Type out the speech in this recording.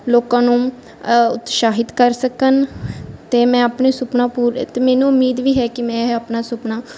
ਲੋਕਾਂ ਨੂੰ ਉਤਸ਼ਾਹਿਤ ਕਰ ਸਕਣ ਅਤੇ ਮੈਂ ਆਪਣੇ ਸੁਪਨਾ ਪੂਰੇ ਅਤੇ ਮੈਨੂੰ ਉਮੀਦ ਵੀ ਹੈ ਕਿ ਮੈਂ ਇਹ ਆਪਣਾ ਸੁਪਨਾ